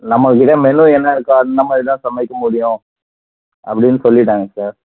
நம்மகிட்ட மெனு என்ன இருக்கோ அந்த மாதிரி தான் சமைக்க முடியும் அப்படின்னு சொல்லிவிட்டாங்க சார்